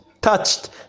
touched